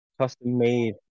Custom-made